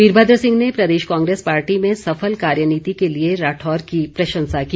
वीरभद्र सिंह ने प्रदेश कांग्रेस पार्टी में सफल कार्य नीति के लिए राठौर की प्रशंसा की